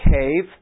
cave